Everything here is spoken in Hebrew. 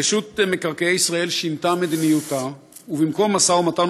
רשות מקרקעי ישראל שינתה את מדיניותה ובמקום משא ומתן